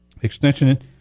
extension